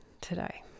today